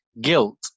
Guilt